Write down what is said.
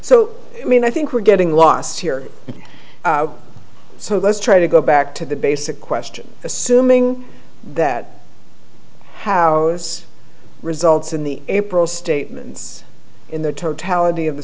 so i mean i think we're getting lost here so let's try to go back to the basic question assuming that how this results in the april statements in the totality of the